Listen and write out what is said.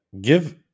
Give